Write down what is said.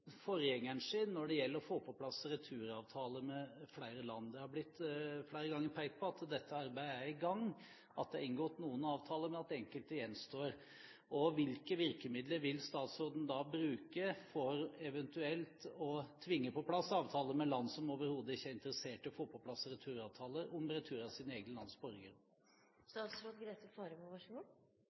er i gang, at det er inngått noen avtaler, men at enkelte gjenstår. Hvilke virkemidler vil statsråden bruke for eventuelt å tvinge på plass avtaler med land som overhodet ikke er interessert i å få på plass avtaler om retur av sine